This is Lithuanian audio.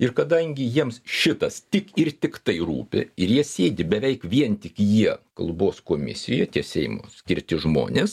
ir kadangi jiems šitas tik ir tik tai rūpi ir jie sėdi beveik vien tik jie kalbos komisijoj tie seimo skirti žmonės